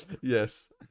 Yes